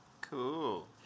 cool